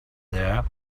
there